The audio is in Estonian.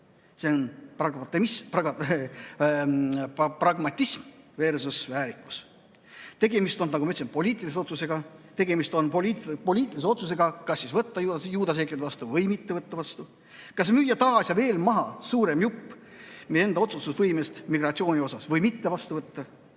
See on pragmatismversusväärikus. Tegemist on, nagu ma ütlesin, poliitilise otsusega, tegemist on poliitilise otsusega, kas võtta juudaseeklid vastu või mitte võtta vastu, kas müüja maha veel suurem jupp meie enda otsustusvõimest migratsiooni puhul või mitte [maha müüa].